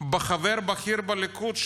חבר בכיר בליכוד,